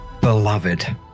Beloved